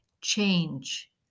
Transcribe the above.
Change